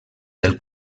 del